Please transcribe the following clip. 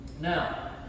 Now